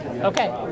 Okay